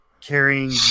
carrying